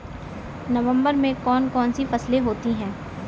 नवंबर में कौन कौन सी फसलें होती हैं?